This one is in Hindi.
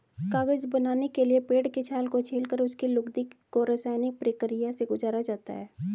कागज बनाने के लिए पेड़ के छाल को छीलकर उसकी लुगदी को रसायनिक प्रक्रिया से गुजारा जाता है